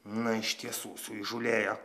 na iš tiesų suįžūlėjo